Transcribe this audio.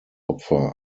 opfer